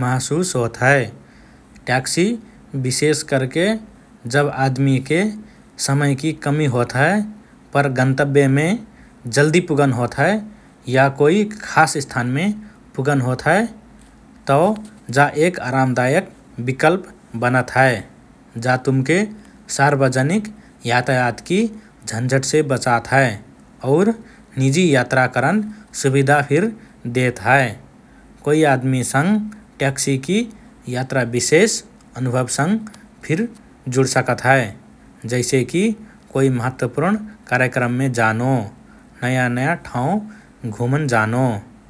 महसुस होत हए । ट्याक्सि विशेष करके जब आदमिके समयकि कमि होत हए पर गन्तव्यमे जल्दि पुगन होत हए या कोइ खास स्थानमे पुगन होत हए तओ जा एक आरामदायक विकल्प बनात हए । जा तुमके सार्वजनिक यातायातकि झन्झटसे बचात हए और निजी यात्रा करन सुविधा फिर देत हए । कोई आदमिसँग ट्याक्सिकि यात्रा विशेष अनुभवसँग फिर जुड सकत हए । जैसेकि कोइ महत्वपूर्ण कार्यक्रममे जानो, नया–नया ठांवमे घुमन जानो ।